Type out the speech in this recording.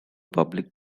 public